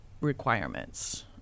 requirements